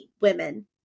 women